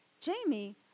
Jamie